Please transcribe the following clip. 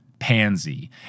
Pansy